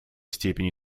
степени